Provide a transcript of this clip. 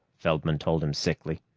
feldman told him sickly.